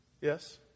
Yes